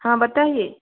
हाँ बताइए